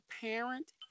parent